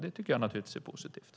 Det tycker jag naturligtvis är positivt.